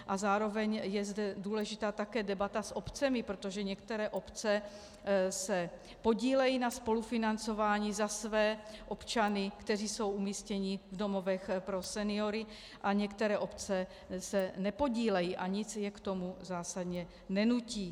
A zároveň je zde důležitá také debata s obcemi, protože některé obce se podílejí na spolufinancování za své občany, kteří jsou umístěni v domovech pro seniory, a některé obce se nepodílejí a nic je k tomu zásadně nenutí.